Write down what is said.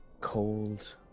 cold